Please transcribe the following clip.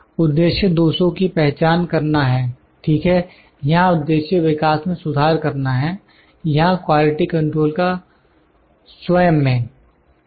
उद्देश्य 200 की पहचान करना है ठीक है यहां उद्देश्य विकास में सुधार करना है या क्वालिटी कंट्रोल का स्वयं में ठीक है